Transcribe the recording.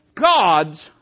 God's